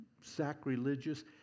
sacrilegious